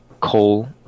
coal